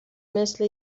مثل